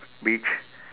beach